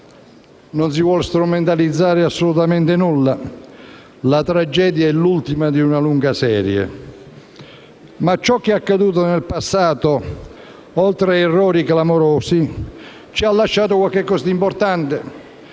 Non si vuole assolutamente strumentalizzare nulla: la tragedia è l'ultima di una lunga serie, ma ciò che è accaduto in passato, oltre a errori clamorosi, ci ha lasciato qualcosa di importante.